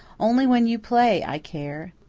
only when you play i care.